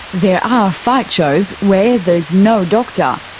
there are fight shows where there's no doctor,